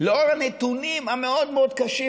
לנוכח הנתונים המאוד-מאוד קשים,